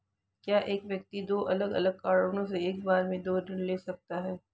क्या एक व्यक्ति दो अलग अलग कारणों से एक बार में दो ऋण ले सकता है?